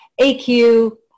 AQ